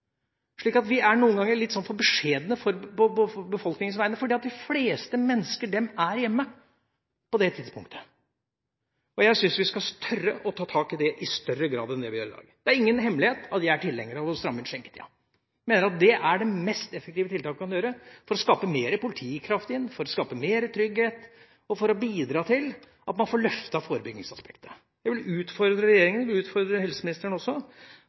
er vi litt for beskjedne på befolkningens vegne, for de fleste mennesker er hjemme på det tidspunktet. Jeg syns vi skal tørre å ta tak i dette i større grad enn det vi gjør i dag. Det er ingen hemmelighet at jeg er tilhenger av å stramme inn skjenketida. Jeg mener at det er det mest effektive tiltaket man kan gjøre for å få mer politikraft, for å skape mer trygghet og for å bidra til at man får løftet forebyggingsaspektet. Jeg vil utfordre regjeringa og helseministeren